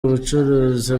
abacuruzi